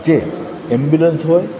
જે એમ્બ્યુલન્સ હોય